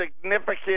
significant